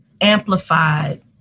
amplified